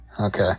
Okay